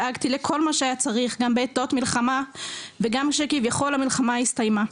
דאגתי לכל מה שהיה צריך גם בעתות מלחמה וגם כשביכול המלחמה הסתיימה.